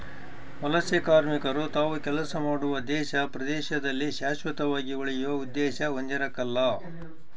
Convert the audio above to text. ವಲಸೆಕಾರ್ಮಿಕರು ತಾವು ಕೆಲಸ ಮಾಡುವ ದೇಶ ಪ್ರದೇಶದಲ್ಲಿ ಶಾಶ್ವತವಾಗಿ ಉಳಿಯುವ ಉದ್ದೇಶ ಹೊಂದಿರಕಲ್ಲ